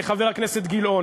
חבר הכנסת גילאון,